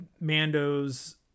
Mando's